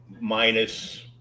minus